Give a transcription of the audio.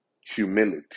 humility